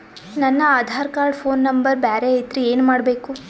ನನ Aadhaar card phone number ಬ್ಯಾರೆ ಐತ್ರಿ ಏನ ಮಾಡಬೇಕು?